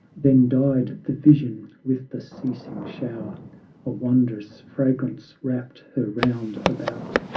then died the vision with the ceasing shower a wondrous fragrance wrapt her round about,